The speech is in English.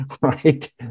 right